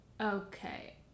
Okay